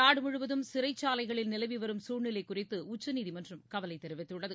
நாடு முழுவதும் சிறை சாலைகளில் நிலவிவரும் குழ்நிலை குறித்து உச்சநீதிமன்றம் கவலை தெரிவித்துள்ளது